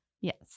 Yes